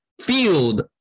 Field